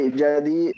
jadi